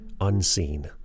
unseen